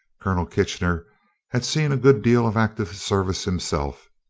colonel kitchener had seen a good deal of active service himself,